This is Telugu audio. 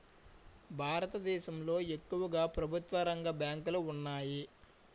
భారతదేశంలో ఎక్కువుగా ప్రభుత్వరంగ బ్యాంకులు ఉన్నాయి